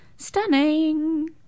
Stunning